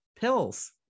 pills